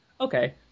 Okay